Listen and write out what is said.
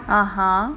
oh